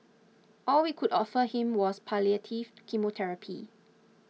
all we could offer him was palliative chemotherapy